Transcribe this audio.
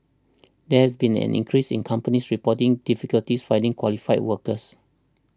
there has been an increase in companies reporting difficulties finding qualified workers